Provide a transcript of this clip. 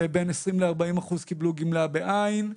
ובין 20% ל-40% קיבלו גמלה בעין.